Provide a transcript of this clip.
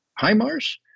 HIMARS